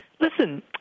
Listen